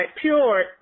pure